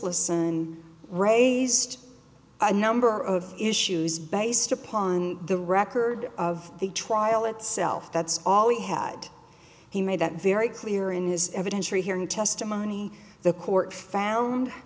and raised a number of issues based upon the record of the trial itself that's all he had he made that very clear in his evidentiary hearing testimony the court found